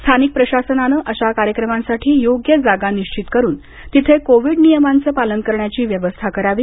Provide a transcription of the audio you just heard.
स्थानिक प्रशासनानं अशा कार्यक्रमांसाठी योग्य जागा निश्चित करुन तिथे कोविड नियमांचं पालन करण्याची व्यवस्था करावी